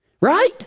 Right